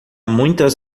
muitas